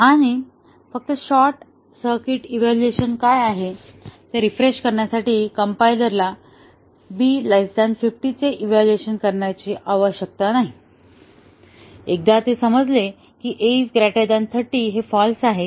आणि फक्त short circuit evaluation काय आहे ते रिफ्रेश करण्यासाठी कंपायलरला b 50 चे इव्हॅल्युएशन करण्याची आवश्यकता नाही एकदा हे समजले की a 30 हे फाँल्स आहे